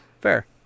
Fair